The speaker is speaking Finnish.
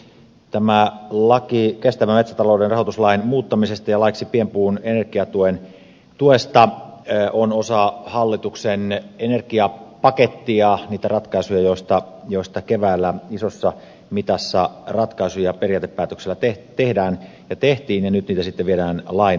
tämä laki kestävän metsätalouden rahoituslain muuttamisesta ja laiksi pienpuun energiatuesta on osa hallituksen energiapakettia niitä ratkaisuja joita keväällä isossa mitassa periaatepäätöksellä tehtiin ja nyt niitä viedään lain tasolle